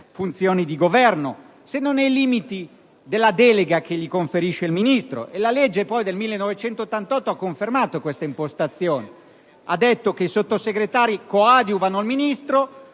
funzioni di governo, se non nei limiti della delega che gli conferisce il Ministro. La legge del 1988 ha confermato questa impostazione, affermando che i Sottosegretari coadiuvano il Ministro,